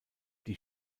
die